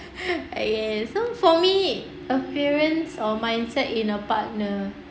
okay so for me appearance or mindset in a partner